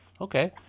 Okay